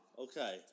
Okay